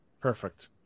Perfect